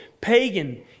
pagan